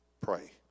pray